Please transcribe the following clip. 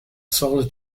solar